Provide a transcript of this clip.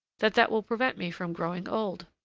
that that will prevent me from growing old.